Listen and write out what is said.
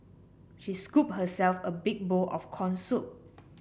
she scooped herself a big bowl of corn soup